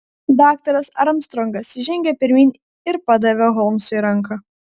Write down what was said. daktaras armstrongas žengė pirmyn ir padavė holmsui ranką